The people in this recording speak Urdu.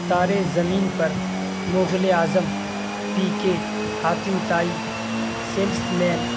تارے زمین پر مغل اعظم پی کے حاتم طائی سیلس مین